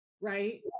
right